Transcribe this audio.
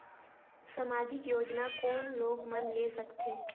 समाजिक योजना कोन लोग मन ले सकथे?